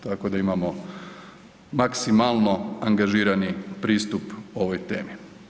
Tako da imamo maksimalno angažirani pristup ovoj temi.